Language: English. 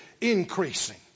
increasing